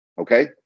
Okay